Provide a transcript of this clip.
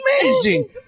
amazing